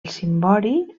cimbori